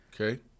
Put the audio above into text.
Okay